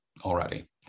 already